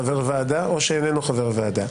חבר ועדה או שאינו חבר ועדה,